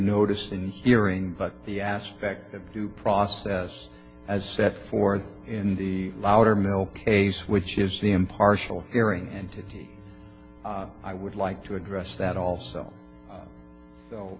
notice and hearing but the aspect of due process as set forth in the loudermilk case which is the impartial hearing entity i would like to address that also